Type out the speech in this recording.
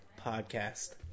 podcast